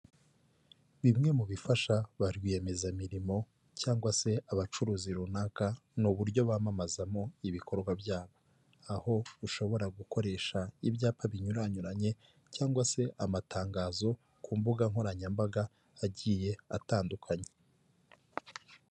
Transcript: Bimwe mu bifasha ba rwiyemezamirimo cyangwa se abacuruzi runaka, ni uburyo bamamazamo ibikorwa byabo, aho ushobora gukoresha ibyapa binyuranyuranye cyangwa se amatangazo ku mbuga nkoranyambaga agiye atandukanye.